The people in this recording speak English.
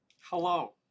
Hello